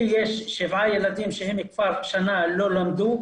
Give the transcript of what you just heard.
לי יש שבעה ילדים שכבר שנה לא לומדים.